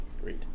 Great